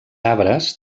arbres